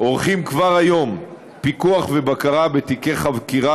עורכים כבר היום פיקוח ובקרה בתיקי חקירה